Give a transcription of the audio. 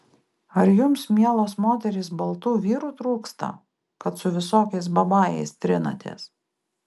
ar jums mielos moterys baltų vyrų trūksta kad su visokiais babajais trinatės